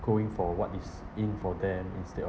going for what is in for them instead of